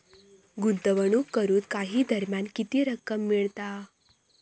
गुंतवणूक करून काही दरम्यान किती रक्कम मिळता?